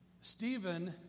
Stephen